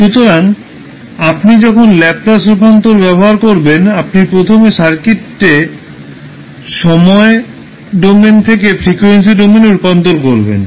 সুতরাং আপনি যখন ল্যাপলাস রূপান্তর ব্যবহার করবেন আপনি প্রথমে সার্কিটকে সময় ডোমেন থেকে ফ্রিকোয়েন্সি ডোমেনে রূপান্তর করবেন